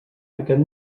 aquest